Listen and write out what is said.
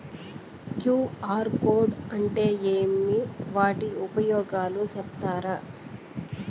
QR code అంటే ఏమి వాటి ఉపయోగాలు సెప్తారా?